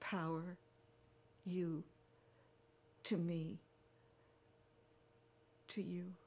power you to me to you